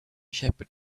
shepherd